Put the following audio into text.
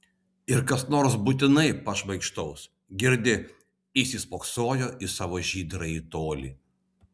ir kas nors būtinai pašmaikštaus girdi įsispoksojo į savo žydrąjį tolį